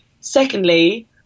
secondly